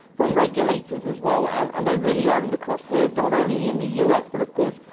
from regulators as well and and they really are in the crosshairs, not only in the u s. but, of course,